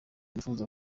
yifuza